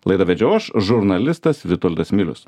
laidą vedžiau aš žurnalistas vitoldas milius